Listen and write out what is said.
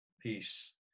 Peace